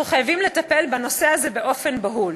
אנחנו חייבים לטפל בנושא הזה באופן בהול.